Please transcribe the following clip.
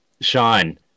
Sean